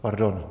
Pardon.